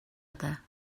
other